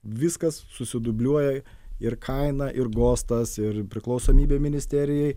viskas susidubliuoja ir kaina ir gostas ir priklausomybė ministerijai